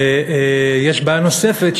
ויש בעיה נוספת,